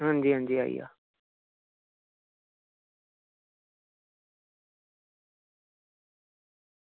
अंजी अंजी आइया